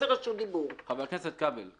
ותיאמנו --- חבר הכנסת כבל,